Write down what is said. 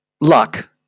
Luck